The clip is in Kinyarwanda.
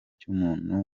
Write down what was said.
cy’umuntu